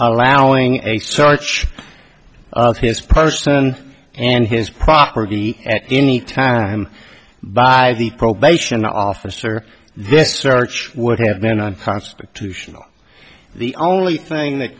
allowing a search of his person and his property at any time by the probation officer this search would have been unconstitutional the only thing that